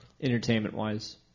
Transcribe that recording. entertainment-wise